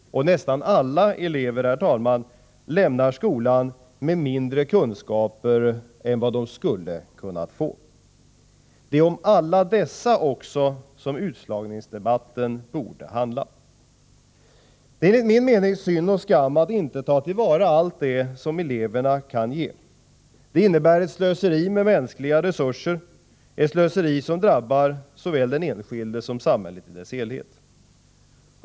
Och nästan alla elever lämnar skolan med mindre kunskaper än de skulle ha kunnat få. Det är om alla dessa också som utslagningsdebatten borde handla. Det är enligt min mening synd och skam att inte ta till vara allt det eleverna kan ge. Det innebär ett slöseri med mänskliga resurser, ett slöseri som drabbar såväl den enskilde som samhället i dess helhet.